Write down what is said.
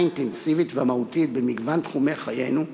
האינטנסיבית והמהותית במגוון תחומי חיינו,